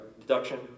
deduction